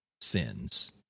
sins